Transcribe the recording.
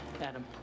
Adam